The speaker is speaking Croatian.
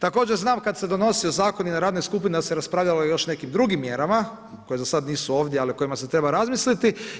Također znam kad se donosio zakon i na radnoj skupini da se raspravljalo još o nekim drugim mjerama koje za sad nisu ovdje, ali o kojima se treba razmisliti.